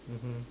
mmhmm